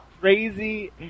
crazy